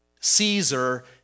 Caesar